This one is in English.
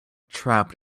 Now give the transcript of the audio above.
trapped